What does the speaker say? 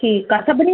हा हा